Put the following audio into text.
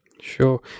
Sure